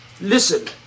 listen